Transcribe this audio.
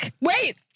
Wait